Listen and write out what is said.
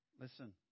Listen